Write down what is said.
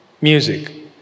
music